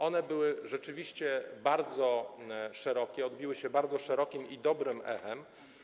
One były rzeczywiście bardzo szerokie, odbiły się bardzo szerokim i dobrym echem.